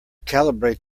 calibrate